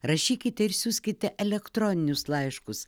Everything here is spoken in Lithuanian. rašykite ir siųskite elektroninius laiškus